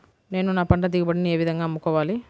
నేను నా పంట దిగుబడిని ఏ విధంగా అమ్ముకోవాలి?